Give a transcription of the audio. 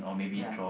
ya